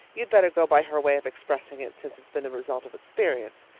you'd better go by her way of expressing it, since it's been the result of experience.